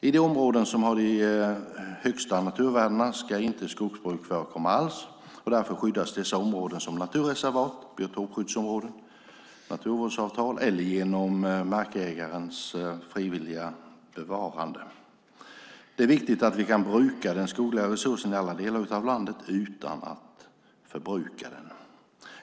I de områden som har de högsta naturvärdena ska inte skogsbruk förekomma alls, och därför skyddas dessa områden som naturreservat, biotopskyddsområden, genom naturvårdsavtal eller genom markägarens frivilliga bevarande. Det är viktigt att vi kan bruka den skogliga resursen i alla delar av landet utan att förbruka den.